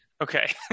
Okay